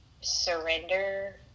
surrender